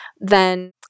then-